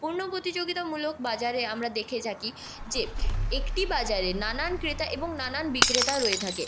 পূর্ণ প্রতিযোগিতামূলক বাজারে আমরা দেখে থাকি যে একটি বাজারে নানান ক্রেতা এবং নানান বিক্রেতা রয়ে থাকে